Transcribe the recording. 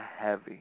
heavy